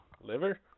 Liver